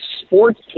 sports